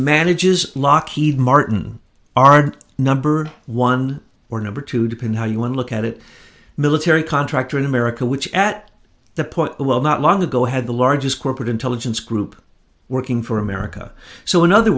manages lockheed martin our number one or number two depend how you would look at it military contractor in america which at the point while not long ago had the largest corporate intelligence group working for america so in other